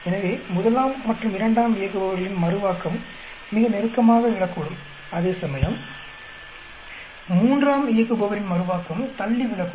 எனவே முதலாம் மற்றும் இரண்டாம் இயக்குபவர்களின் மறுவாக்கம் மிக நெருக்கமாக விழக்கூடும் அதேசமயம் மூன்றாம் இயக்குபவரின் மறுவாக்கம் தள்ளி விழக்கூடும்